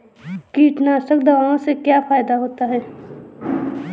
कीटनाशक दवाओं से क्या फायदा होता है?